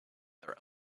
their